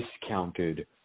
discounted